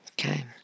Okay